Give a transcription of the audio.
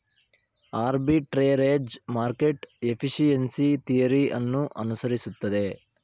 arbitrage market efficiency theory ಅನ್ನು ಅನುಸರಿಸುತ್ತದೆ